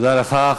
תודה לך.